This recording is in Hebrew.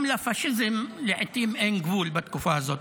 גם לפשיזם לעיתים אין גבול בתקופה הזאת.